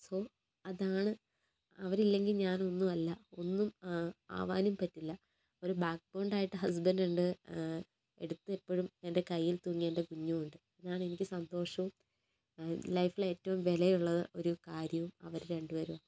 so അതാണ് അവരില്ലെങ്കിൽ ഞാൻ ഒന്നുമല്ല ഒന്നും ആവാനും പറ്റില്ല ഒരു ബാക്ക് ബോണ്ട് ആയിട്ട് ഹസ്ൻബന്റ് ഉണ്ട് അടുത്ത് എപ്പോഴും എൻ്റെ കയ്യിൽ തൂങ്ങി എൻ്റെ കുഞ്ഞും ഉണ്ട് ഞാൻ എനിക്ക് സന്തോഷവും ലൈഫിൽ ഏറ്റവും വിലയുള്ള ഒരു കാര്യവും അവർ രണ്ടുപേരുമാണ്